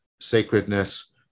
sacredness